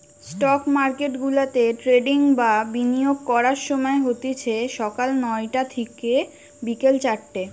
stock মার্কেটগুলাতে trading বা বিনিয়োগ করার সময় হতিছে সকাল নয়টা থিকে বিকেল চারটে